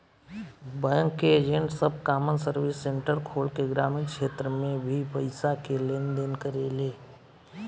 bank के agent सब common service centre खोल के ग्रामीण क्षेत्र में भी पईसा के लेन देन करेले